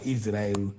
Israel